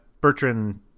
Bertrand